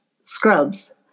scrubs